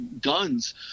guns